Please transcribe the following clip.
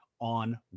on